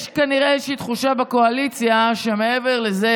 כנראה שיש איזושהי תחושה בקואליציה, מעבר לזה